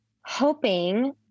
hoping